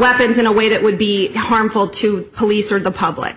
weapons in a way that would be harmful to police or the public